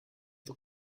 the